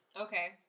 Okay